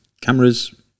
cameras